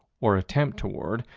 or attempt toward,